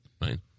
right